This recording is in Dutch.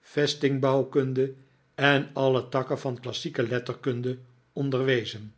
vestingbouwkunde en alle takken van de klassieke letterkunde onderwezen